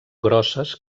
grosses